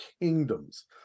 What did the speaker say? kingdoms